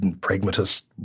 pragmatist